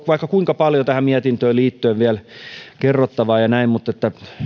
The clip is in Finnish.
vaikka kuinka paljon tähän mietintöön liittyen vielä kerrottavaa ja näin mutta